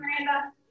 Miranda